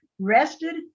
rested